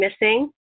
missing